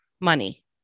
money